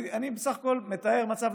אני בסך הכול מתאר מצב.